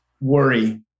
worry